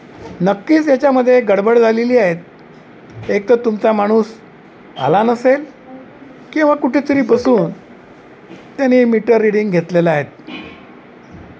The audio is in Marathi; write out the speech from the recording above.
नक्कीच याच्यामध्ये गडबड झालेली आहे एकतर तुमचा माणूस आला नसेल किंवा कुठेतरी बसून त्यानी मीटर रिडिंग घेतलेला आहेत